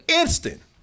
instant